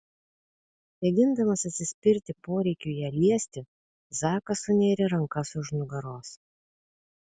mėgindamas atsispirti poreikiui ją liesti zakas sunėrė rankas už nugaros